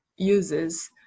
uses